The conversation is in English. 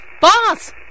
Boss